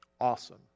Awesome